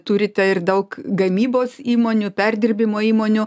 turite ir daug gamybos įmonių perdirbimo įmonių